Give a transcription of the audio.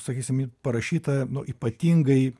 sakysim ji parašyta ypatingai